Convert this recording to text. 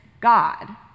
God